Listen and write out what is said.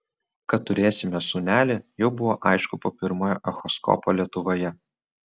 kad turėsime sūnelį jau buvo aišku po pirmojo echoskopo lietuvoje